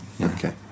Okay